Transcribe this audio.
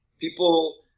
people